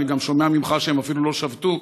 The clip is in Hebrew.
אני גם שומע ממך שהם אפילו לא שבתו,